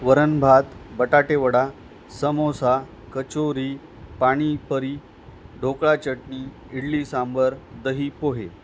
वरण भात बटाटे वडा समोसा कचोरी पाणीपुरी ढोकळा चटणी इडली सांबार दही पोहे